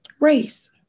race